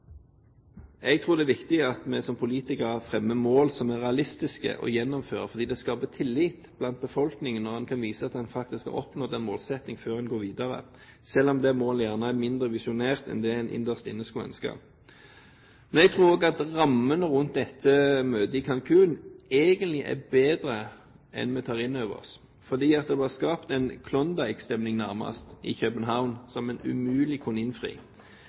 Jeg tror det er viktig at vi som politikere fremmer mål som er realistiske å gjennomføre, for det skaper tillit blant befolkningen når man kan vise til at man faktisk har oppnådd én målsetting før man går videre, selv om det målet gjerne er mindre visjonært enn det man innerst inne skulle ønske. Jeg tror også at rammene rundt dette møtet i Cancún egentlig er bedre enn det vi tar inn over oss, for det var nærmest skapt en Klondike-stemning i København – og man kunne umulig innfri.